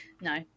No